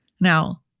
Now